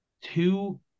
two